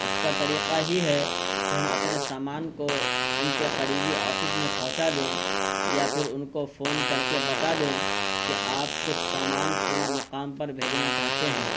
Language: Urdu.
اس کا طریقہ ہی ہے کہ ہم اپنے سامان کو ان کے قریبی آفس میں پہنچا دیں یا پھر ان کو فون کر کے بتا دیں کہ آپ کچھ سامان فلاں مقام پر بھیجنا چاہتے ہیں